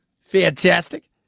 Fantastic